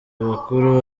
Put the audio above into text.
abakuru